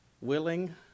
willing